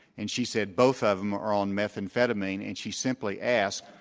and she said both of them are on methamphetamine and she simply asked,